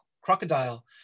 crocodile